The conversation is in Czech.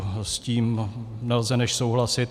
S tím nelze než souhlasit.